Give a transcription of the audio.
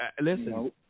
listen